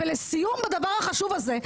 ולסיום הדבר החשוב הזה,